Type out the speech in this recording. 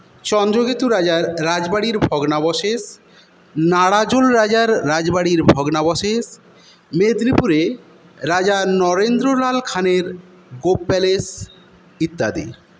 চন্দ্রকেতু রাজার রাজবাড়ির ভগ্নাবশেষ নারাজুল রাজার রাজবাড়ির ভগ্নাবশেষ মেদনীপুরে রাজা নরেন্দ্রলাল খানের গোপ প্যালেস ইত্যাদি